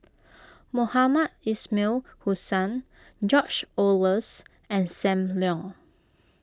Mohamed Ismail Hussain George Oehlers and Sam Leong